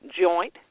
joint